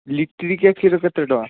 ଲିଟିରକିଆ କ୍ଷୀର କେତେ ଟଙ୍କା